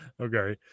okay